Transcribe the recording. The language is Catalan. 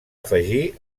afegir